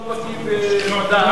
תודה.